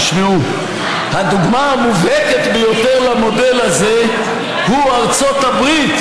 תשמעו: "הדוגמה המובהקת ביותר למודל הזה היא ארצות הברית,